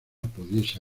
pudiese